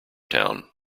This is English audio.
town